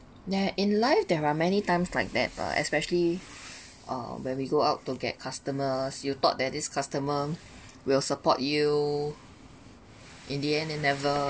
there're in life there are many times like that lah especially uh when we go out to get customers you thought that this customer will support you in the end then never